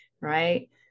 right